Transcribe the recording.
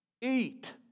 eat